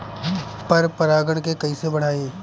पर परा गण के कईसे बढ़ाई?